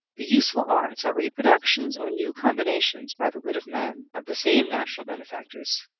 the useful arts are reproductions or new combinations by the wit of man, of the same natural benefactors.